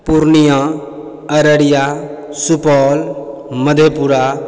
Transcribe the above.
Purnia Araria Supaul Madhepura